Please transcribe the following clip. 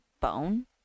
Bone